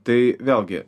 tai vėlgi